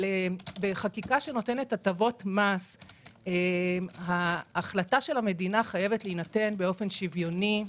בחקיקה שנותנת הטבות מס ההחלטה של המדינה חייבת להינתן באופן שוויוני.